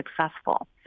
successful